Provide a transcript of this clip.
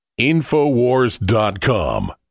infowars.com